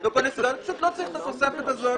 לא צריך את התוספת הזו.